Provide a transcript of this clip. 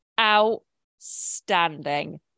outstanding